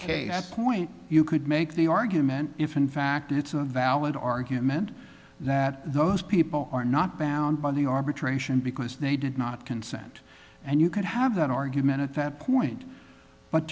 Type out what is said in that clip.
case point you could make the argument if in fact it's a valid argument that those people are not bound by the arbitration because they did not consent and you could have that argument in fact point but